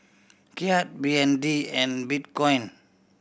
Kyat B N D and Bitcoin